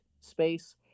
space